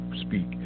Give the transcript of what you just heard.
speak